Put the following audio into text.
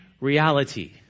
reality